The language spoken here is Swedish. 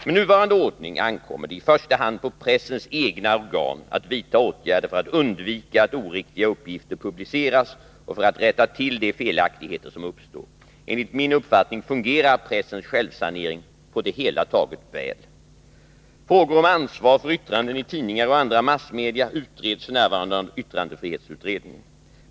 Med nuvarande ordning ankommer det i första hand på pressens egna organ att vidta åtgärder för att undvika att oriktiga uppgifter publiceras och för att rätta till de felaktigheter som uppstår. Enligt min uppfattning fungerar pressens självsanering på det hela taget väl. Frågor om ansvar för yttranden i tidningar och andra massmedier utreds f.n. av yttrandefrihetsutredningen .